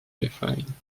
define